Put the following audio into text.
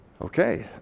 okay